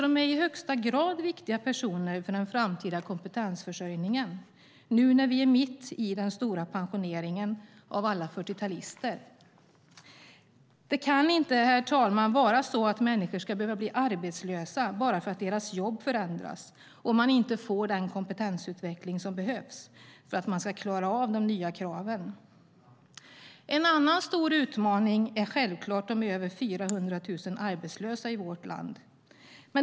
De är i högsta grad viktiga personer för den framtida kompetensförsörjningen nu när vi är mitt i den stora pensioneringen av alla 40-talister. Herr talman! Det kan inte vara så att människor ska behöva bli arbetslösa bara för att deras jobb förändras och de inte får den kompetensutveckling som behövs för att de ska klara av de nya kraven. En annan stor utmaning är självklart de över 400 000 arbetslösa i vårt land.